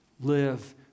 Live